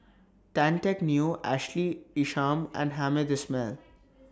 Tan Teck Neo Ashley Isham and Hamed Ismail